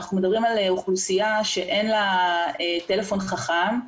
אנחנו מדברים על אוכלוסייה שאין לה טלפון חכם,